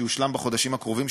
שיושלם בחודשים הקרובים.